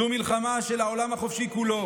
זו מלחמה של העולם החופשי כולו,